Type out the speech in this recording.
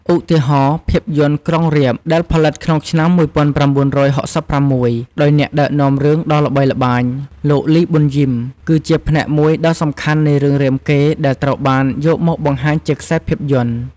ឧទាហរណ៍ ភាពយន្ត "ក្រុងរាពណ៍" ដែលផលិតក្នុងឆ្នាំ ១៩៦៦ ដោយអ្នកដឹកនាំរឿងដ៏ល្បីល្បាញ លោក លី ប៊ុនយីម គឺជាផ្នែកមួយដ៏សំខាន់នៃរឿងរាមកេរ្តិ៍ដែលត្រូវបានយកមកបង្ហាញជាខ្សែភាពយន្ត។